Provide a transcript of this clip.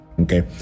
Okay